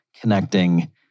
connecting